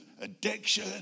addiction